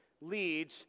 leads